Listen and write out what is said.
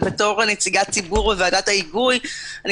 ובתור נציגת ציבור בוועדת ההיגוי אני